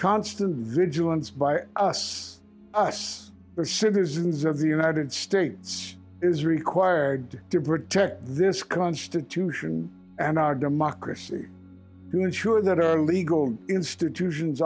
constant vigilance by us us citizens of the united states is required to protect this constitution and our democracy going sure that our legal institutions